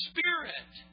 Spirit